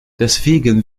deswegen